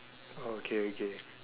okay okay